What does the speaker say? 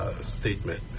statement